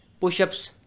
push-ups